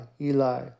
Eli